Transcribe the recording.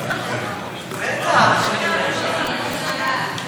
גברתי, כמה דוברים עוד יש, רשומים, לפחות?